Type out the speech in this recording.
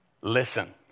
listen